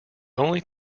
only